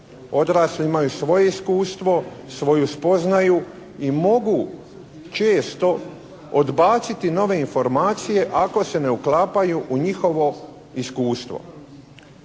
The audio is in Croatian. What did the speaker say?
odrasli imaju svoje iskustvo, svoju spoznaju i mogu često odbaciti nove informacije ako se ne uklapaju u njihovo iskustvo.